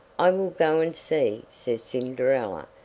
i will go and see, says cinderella,